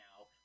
now